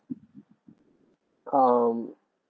um